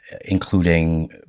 including